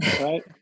right